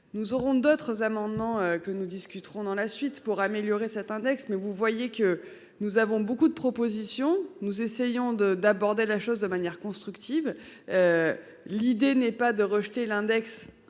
Nous aurons d'autres amendements que nous discuterons dans la suite pour améliorer cet index mais vous voyez que nous avons beaucoup de propositions. Nous essayons de d'aborder la chose de manière constructive. L'idée n'est pas de rejeter l'index